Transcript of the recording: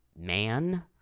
Man